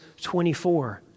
24